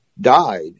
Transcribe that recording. died